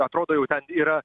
atrodo jau ten yra